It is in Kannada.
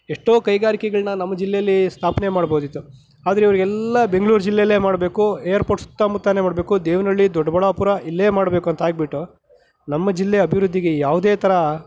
ಎಷ್ಟೋ ಕೈಗಾರಿಕೆಗಳನ್ನ ನಮ್ಮ ಜಿಲ್ಲೆಯಲ್ಲಿ ಸ್ಥಾಪನೆ ಮಾಡ್ಬೋದಿತ್ತು ಆದರೆ ಇವರಿಗೆಲ್ಲ ಬೆಂಗಳೂರು ಜಿಲ್ಲೆಯಲ್ಲೇ ಮಾಡಬೇಕು ಏರ್ಪೋರ್ಟ್ ಸುತ್ತಮುತ್ತಾನೆ ಮಾಡಬೇಕು ದೇವನಹಳ್ಳಿ ದೊಡ್ಡಬಳ್ಳಾಪುರ ಇಲ್ಲೇ ಮಾಡಬೇಕಂತ ಆಗಿಬಿಟ್ಟು ನಮ್ಮ ಜಿಲ್ಲೆ ಅಭಿವೃದ್ಧಿಗೆ ಯಾವುದೇ ಥರ